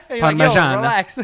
Parmesan